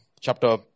Chapter